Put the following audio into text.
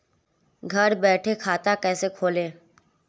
घर बैठे खाता कैसे खोलें?